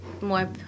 more